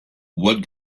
what